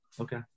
okay